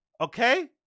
Okay